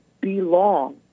belong